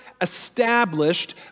established